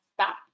stop